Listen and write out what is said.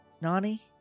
Nani